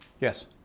Yes